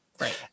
Right